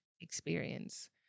experience